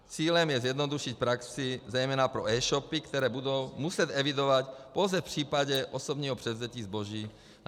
Cílem je zjednodušit praxi zejména pro eshopy, které budou muset evidovat pouze v případě osobního převzetí zboží na pobočce.